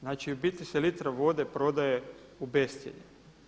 Znači u biti se litra vode prodaje u bescjenje.